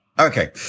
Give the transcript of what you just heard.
okay